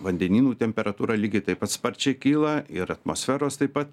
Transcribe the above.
vandenynų temperatūra lygiai taip pat sparčiai kyla ir atmosferos taip pat